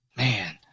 Man